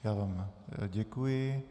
Já vám děkuji.